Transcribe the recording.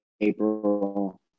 April